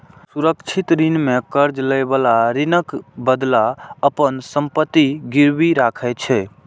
सुरक्षित ऋण मे कर्ज लएबला ऋणक बदला अपन संपत्ति गिरवी राखै छै